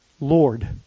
Lord